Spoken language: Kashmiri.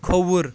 کھووُر